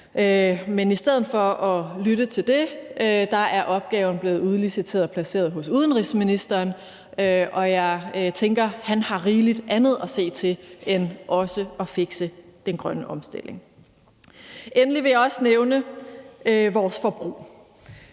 Men i stedet for at lytte til det er opgaven blevet udliciteret og placeret hos udenrigsministeren, og jeg tænker, at han har rigeligt andet at se til end også at fikse den grønne omstilling. Kl. 13:21 Endelig vil jeg også nævne vores forbrug,